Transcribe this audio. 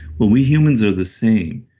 well we humans are the same,